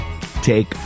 Take